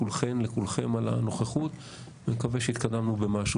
אני מודה לכולכן/לכולכם על הנוכחות ונקווה שהתקדמנו במשהו,